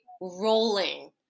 rolling